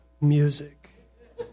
music